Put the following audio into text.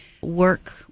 work